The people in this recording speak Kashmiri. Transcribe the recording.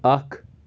اکھ